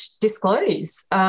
disclose